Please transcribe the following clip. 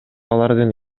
алардын